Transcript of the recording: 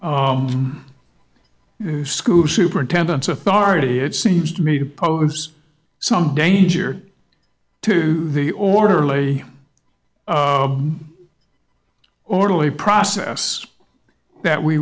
school superintendents authority it seems to me to pose some danger to the orderly orderly process that we